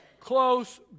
close